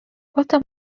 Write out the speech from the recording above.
potem